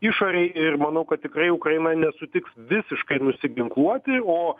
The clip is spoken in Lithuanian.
išorėj ir manau kad tikrai ukraina nesutiks visiškai nusiginkluoti o